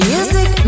Music